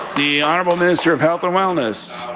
the honourable minister of health and wellness.